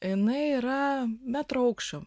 jinai yra metro aukščio